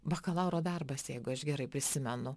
bakalauro darbas jeigu aš gerai prisimenu